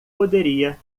poderia